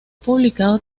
publicado